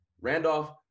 Randolph